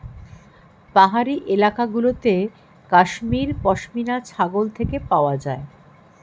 পাহাড়ি এলাকা গুলোতে কাশ্মীর পশমিনা ছাগল থেকে পাওয়া যায়